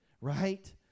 right